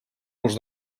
los